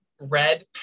red